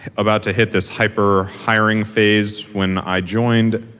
about to hit this hyper hiring phase when i joined.